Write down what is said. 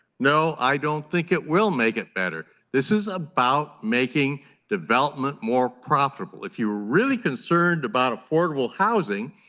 no i don't think it will make it better, this is about making development more profitable, if you were really concerned about affordable housing,